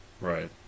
Right